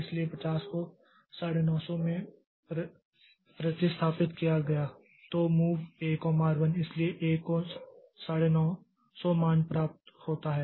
इसलिए 50 को 950 में प्रतिस्थापित किया गया तो MOV A R 1 इसलिए A को 950 मान प्राप्त होता है